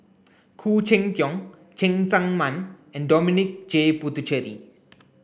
Khoo Cheng Tiong Cheng Tsang Man and Dominic J Puthucheary